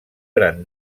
gran